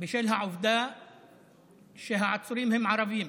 בשל העובדה שהעצורים הם ערבים.